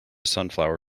sunflower